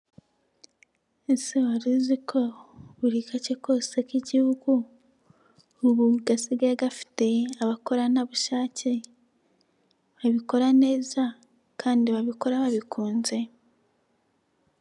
Ese wari uziko, buri gace kose k'igihugu, ubu gasigaye gafite abakoranabushake. babikora neza kandi babikora babikunze.